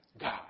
God